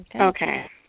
Okay